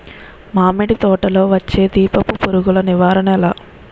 మామిడి తోటలో వచ్చే దీపపు పురుగుల నివారణ ఎలా?